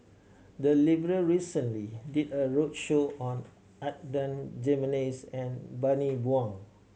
the library recently did a roadshow on Adan Jimenez and Bani Buang